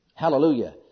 Hallelujah